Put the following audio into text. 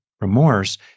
remorse